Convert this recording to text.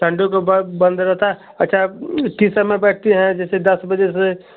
Sunday को बंद रहता है अच्छा किस समय बैठती हैं जैसे दस बजे से